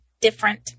different